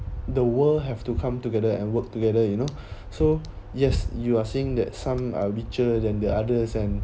the world have to come together and work together you know so yes you are seeing that some are richer than the others and